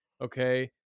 okay